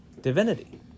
divinity